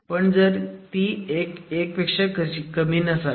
पण ती 1 पेक्षा कमी नसावी